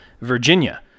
Virginia